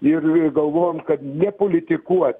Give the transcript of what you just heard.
ir galvojam kad nepolitikuot